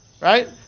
right